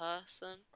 person